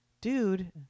Dude